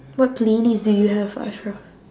what playlist do you have ashra